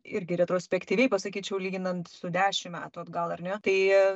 irgi retrospektyviai pasakyčiau lyginant su dešim metų atgal ar ne tai